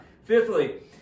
Fifthly